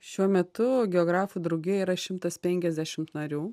šiuo metu geografų draugijoj yra šimtas penkiasdešimt narių